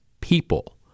people